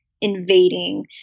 invading